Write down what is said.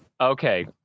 Okay